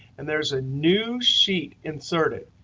and there's a new sheet inserted.